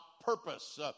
purpose